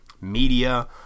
media